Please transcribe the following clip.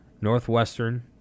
Northwestern